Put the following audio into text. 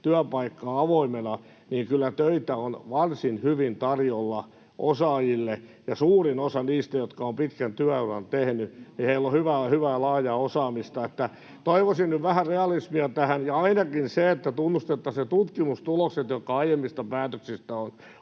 työpaikkaa avoimena, niin että kyllä töitä on varsin hyvin tarjolla osaajille. Ja suurimmalla osalla niistä, jotka ovat pitkän työuran tehneet, on hyvää, laajaa osaamista, niin että toivoisin nyt vähän realismia tähän ja ainakin sen, että tunnustettaisiin ne tutkimustulokset, jotka aiemmista päätöksistä ovat